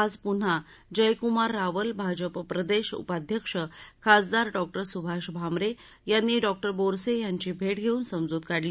आज पुन्हा जयकुमार रावल भाजप प्रदेश उपाध्यक्ष खासदार डॉ सुभाष भामरे यांनी डॉ बोरसे यांची भेट घेऊन समजूत काढली